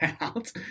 out